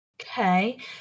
Okay